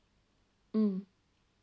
mm